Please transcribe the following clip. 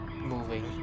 moving